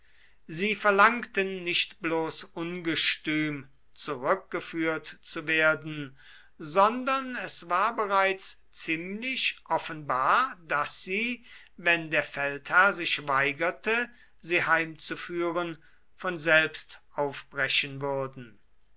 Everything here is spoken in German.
sie verlangten nicht bloß ungestüm zurückgeführt zu werden sondern es war bereits ziemlich offenbar daß sie wenn der feldherr sich weigerte sie heimzuführen von selbst aufbrechen würden